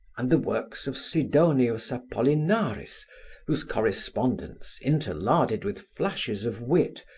and the works of sidonius apollinaris whose correspondence interlarded with flashes of wit,